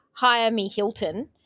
HireMeHilton